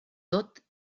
tot